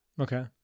Okay